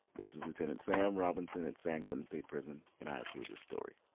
this is lieutenant sam robinson at san quentin state prison and i approve this story